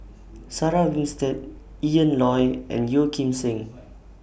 Sarah Winstedt Ian Loy and Yeo Kim Seng